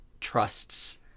Trusts